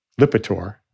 Lipitor